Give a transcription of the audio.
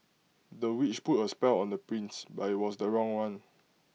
the witch put A spell on the prince but IT was the wrong one